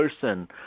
person